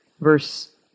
verse